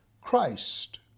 Christ